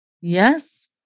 Yes